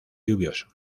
lluvioso